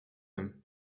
même